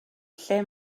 lle